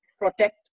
protect